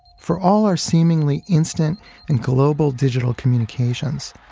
for all our seemingly instant and global digital communications.